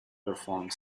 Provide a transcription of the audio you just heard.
performed